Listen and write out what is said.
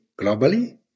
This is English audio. globally